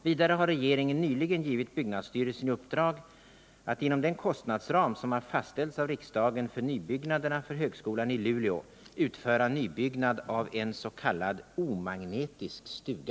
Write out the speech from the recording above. Vidare har regeringen nyligen givit byggnadsstyrelsen i uppdrag att inom den kostnadsram som har fastställts av riksdagen för nybyggnaderna för högskolan i Luleå utföra nybyggnad av en s.k. omagnetisk stuga.